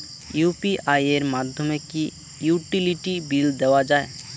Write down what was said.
UPI এর মাধ্যমে কি ইউটিলিটি বিল দেওয়া যায়?